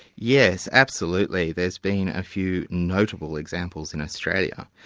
yes, absolutely. there's been a few notable examples in australia,